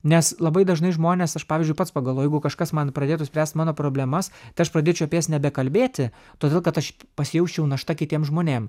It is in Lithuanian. nes labai dažnai žmonės aš pavyzdžiui pats pagalvoju jeigu kažkas man pradėtų spręst mano problemas tai aš pradėčiau apie jas nebekalbėti todėl kad aš pasijausčiau našta kitiem žmonėm